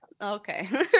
Okay